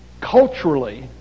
Culturally